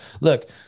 Look